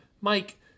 mike